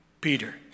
Peter